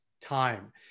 time